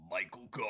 Michael